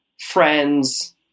friends